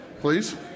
please